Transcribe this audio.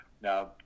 Now